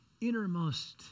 innermost